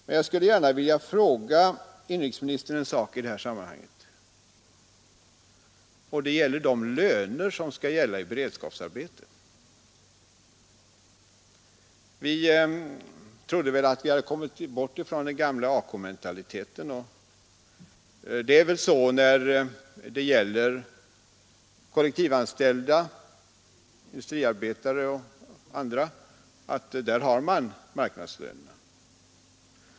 Men jag skulle gärna vilja fråga inrikesministern en sak i det här sammanhanget. Det gäller de löner som skall gälla i beredskapsarbetet. Vi trodde väl att vi kommit bort från den gamla AK-mentaliteten. I fråga om industriarbetare och andra tillämpar man marknadslöner.